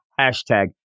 hashtag